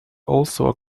also